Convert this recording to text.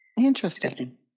Interesting